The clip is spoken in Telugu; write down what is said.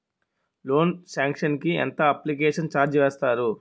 లోన్ సాంక్షన్ కి ఎంత అప్లికేషన్ ఛార్జ్ వేస్తారు?